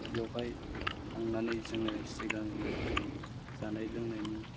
दा बेवहाय थांनानै जोङो सिगांग्रो जानाय लोंनायनि